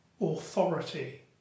authority